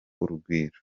urugwiro